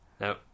No